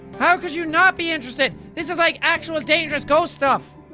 how could you not be interested? this is like actual dangerous ghost stuff.